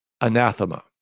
anathema